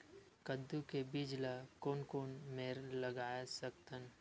कददू के बीज ला कोन कोन मेर लगय सकथन?